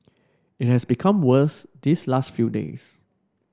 it has become worse these last few days